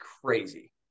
crazy